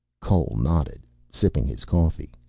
cole nodded, sipping his coffee.